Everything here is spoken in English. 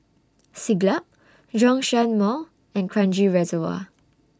Siglap Zhongshan Mall and Kranji Reservoir